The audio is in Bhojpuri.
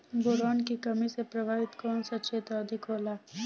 बोरान के कमी से प्रभावित कौन सा क्षेत्र अधिक होला?